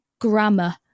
grammar